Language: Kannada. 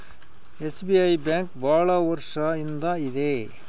ಎಸ್.ಬಿ.ಐ ಬ್ಯಾಂಕ್ ಭಾಳ ವರ್ಷ ಇಂದ ಇದೆ